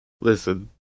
Listen